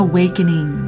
Awakening